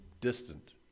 distant